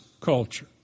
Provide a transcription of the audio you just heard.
culture